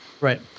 Right